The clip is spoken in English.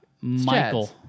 Michael